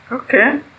Okay